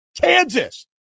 Kansas